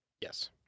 Yes